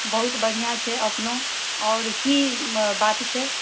बहुत बढ़िआँ छै अपनो आओर की बात छै